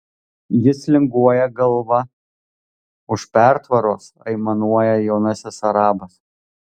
jis linguoja galva už pertvaros aimanuoja jaunasis arabas